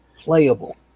playable